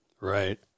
Right